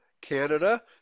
Canada